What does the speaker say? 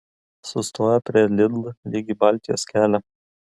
sustojo prie lidl lyg į baltijos kelią